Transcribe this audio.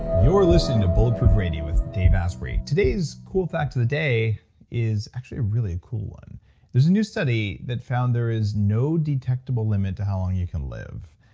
you're listening to bulletproof radio with dave asprey. today's cool fact of the day is actually a really cool one there's a new study that found there is no detectable limit to how long you can live.